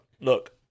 Look